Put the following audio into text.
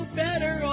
better